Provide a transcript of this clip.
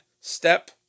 step